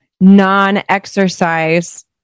non-exercise